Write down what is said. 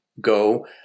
go